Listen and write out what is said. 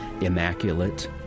Immaculate